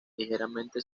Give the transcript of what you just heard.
ligeramente